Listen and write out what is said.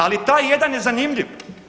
Ali taj jedan je zanimljiv.